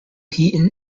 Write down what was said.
heaton